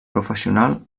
professional